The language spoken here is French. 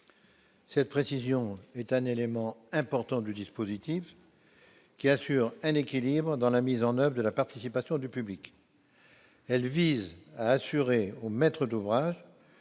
cette précision est un élément important du dispositif, qui assure un équilibre dans la mise en oeuvre de la participation du public. Elle vise à assurer aux maîtres d'ouvrage,